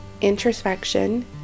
introspection